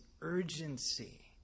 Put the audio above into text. urgency